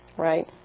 right?